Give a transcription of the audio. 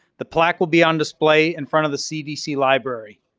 the plaque will be on display in front of the cdc library.